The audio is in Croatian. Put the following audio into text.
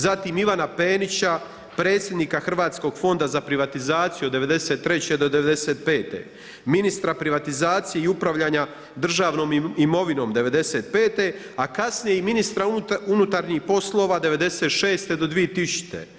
Zatim Ivana Penića, predsjednika Hrvatskog fonda za privatizaciju od '93.-'95. ministra privatizacije i upravljanja državnom imovinom '95. a kasnije i ministra unutarnjih poslova'96.-2000.